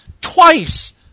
twice